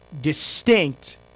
distinct